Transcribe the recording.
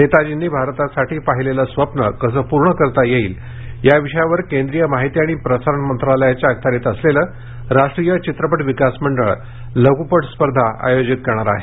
नेताजींनी भारतासाठी पाहिलेलं स्वप्न कसं पूर्ण करता येईल या विषयावर केंद्रीय माहिती आणि प्रसारण मंत्रालयाच्या अखत्यारीत असलेलं राष्ट्रीय चित्रपट विकास मंडळ लघ्पट स्पर्धा आयोजित करणार आहे